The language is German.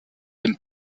dem